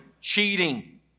cheating